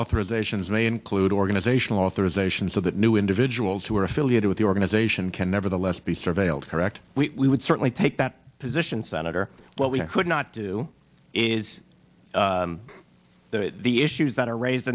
authorisations may include organizational authorization so that new individuals who are affiliated with the organization can nevertheless be surveilled correct we would certainly take that position senator what we could not do is that the issues that are raised